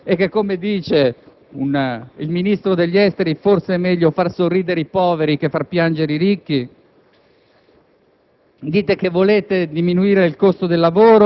Che senza produzione non esiste redistribuzione e che, come dice il Ministro degli affari esteri, forse è meglio far sorridere i poveri che far piangere i ricchi?